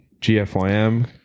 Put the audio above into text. GFYM